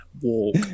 Walk